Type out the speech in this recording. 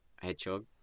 Hedgehog